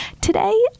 Today